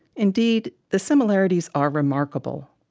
indeed, the similarities are remarkable,